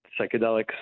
psychedelics